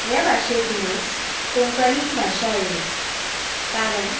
ह्या भाशेतुनच कोंकणी भाशा येयल्यात कारण